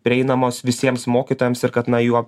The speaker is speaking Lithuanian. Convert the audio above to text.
prieinamos visiems mokytojams ir kad na juo